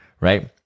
right